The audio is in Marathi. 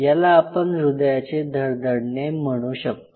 याला आपण हृदयाचे धडधडणे म्हणू शकतो